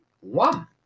one